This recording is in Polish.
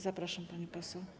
Zapraszam, pani poseł.